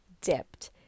dipped